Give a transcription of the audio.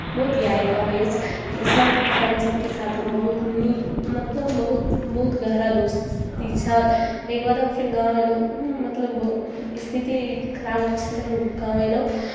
बहुत याद अबै अछि सभ फ्रेंडसभके साथ हम बहुत नीक मतलब बहुत बहुत गहरा दोस्ती छल एहिके बाद हम फेर गाँव अयलहुँ मतलब बहुत स्थिति खराब छल तऽ हम गाँव अयलहुँ